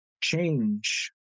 change